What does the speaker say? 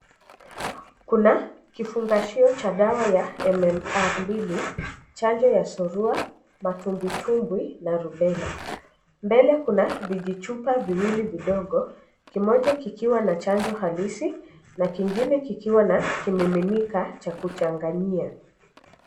Kuna kifungashio cha dawa ya MMR mbili. Chanjo ya Surua, matubwitubwi na Rubella. Mbele kuna vijichupa viwili vidogo, kimoja kikiwa na chanjo halisi na kingine kikiwa na kimiminika cha kuchanganyia.